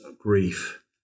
grief